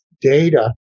data